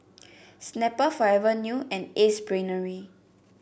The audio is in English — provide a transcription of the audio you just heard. Snapple Forever New and Ace Brainery